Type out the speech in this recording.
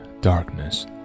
darkness